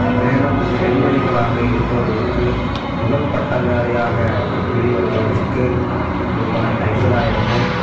மேலும் பெண்மணிகளாக இருப்பவர்களுக்கு முதல் பட்டதாரியாக வெளி வருபவர்களுக்கு ரூபாய் ஐம்பதாயிரமும்